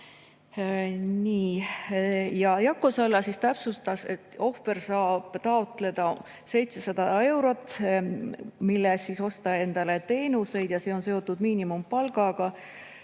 Jako Salla täpsustas, et ohver saab taotleda 700 eurot, mille eest ise osta endale teenuseid, ja see on seotud miinimumpalgaga.